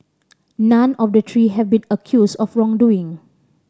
none of the three have been accused of wrongdoing